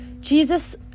Jesus